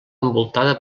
envoltada